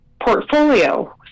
portfolio